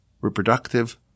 reproductive